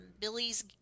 Billy's